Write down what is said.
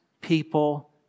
people